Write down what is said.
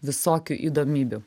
visokių įdomybių